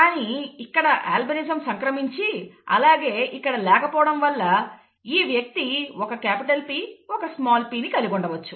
కానీ ఇక్కడ అల్బినిజం సంక్రమించి అలాగే ఇక్కడ లేకపోవడం వలన ఈ వ్యక్తి ఒక క్యాపిటల్ P ఒక స్మాల్p కలిగి ఉండవచ్చు